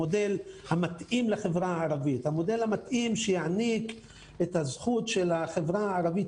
המודל המתאים שיעניק את הזכות של החברה הערבית,